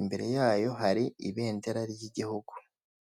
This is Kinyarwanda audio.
imbere yayo hari ibendera ry'igihugu.